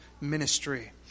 Ministry